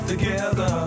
Together